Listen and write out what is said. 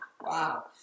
wow